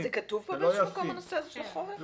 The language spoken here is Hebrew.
זה כתוב כאן באיזה מקום, הנושא הזה של החורף?